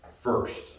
First